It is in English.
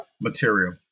material